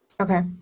Okay